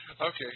Okay